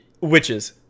Witches